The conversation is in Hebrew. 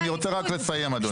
אני רוצה רק לסיים אדוני.